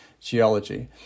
geology